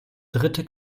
dritte